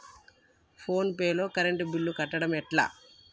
Phone pay లో current bill కట్టడం ఎట్లా?